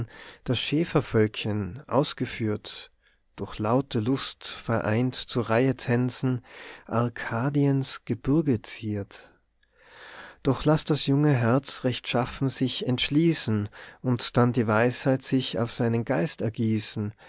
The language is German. das schäfervölkchen ausgeführt durch laute lust vereint zu reihetänzen arcadiens gebirge ziert doch lass das junge herz rechtschaffen sich entschließen und dann die weisheit sich auf seinen geist ergießen